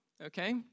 okay